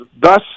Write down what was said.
thus